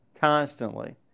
constantly